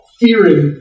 fearing